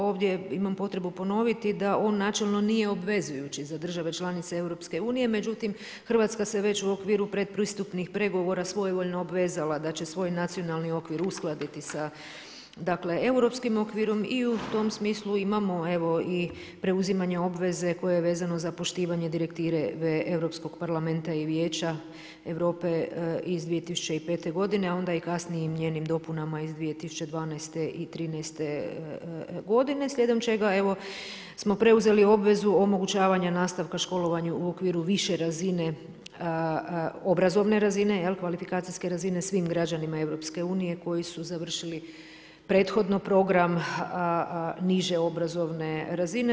Ovdje imam potrebu ponoviti da on načelno nije obvezujući za države članice Europske unije, međutim, Hrvatska se već u okviru predpristupnih pregovora svojevoljno obvezala da će svoj nacionalni okvir uskladiti sa europskim okvirom i u tom smislu imamo evo i preuzimanje obveze koje je vezano za poštivanje direktive Europskog parlamenta i Vijeća Europe iz 2005. godine, a onda i kasnijim njenim dopunama iz 2012. i 2013. godine slijedom čega smo preuzeli obvezu omogućavanja nastavka školovanja u okviru više razine obrazovne razine, kvalifikacijske razine svim građanima Europske unije koji su završili prethodno program niže obrazovne razine.